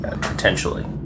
potentially